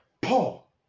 Paul